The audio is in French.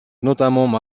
notamment